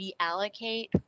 reallocate